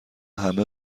همه